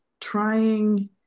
trying